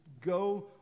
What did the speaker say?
go